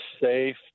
safe